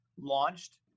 launched